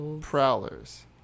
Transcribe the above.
prowlers